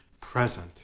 present